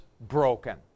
broken